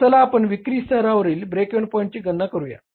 तर चला आपण विक्री स्तरावरील ब्रेक इव्हन पॉईंटची गणना करूया